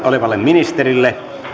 olevalle ministerille